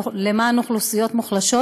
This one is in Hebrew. למען אוכלוסיות מוחלשות,